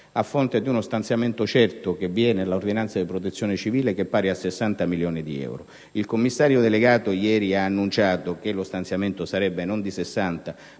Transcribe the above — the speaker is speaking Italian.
a fronte di uno stanziamento certo che deriva dall'ordinanza della Protezione civile che è pari a 60 milioni di euro. Il Commissario delegato ieri ha annunciato che lo stanziamento non sarebbe di 60